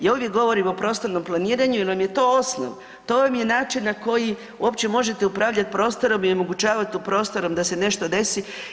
Ja ovdje govorim o prostornom planiranju jer vam je to osnov, to vam je način na koji uopće možete upravljati prostorom i omogućavati u prostoru da se nešto desi.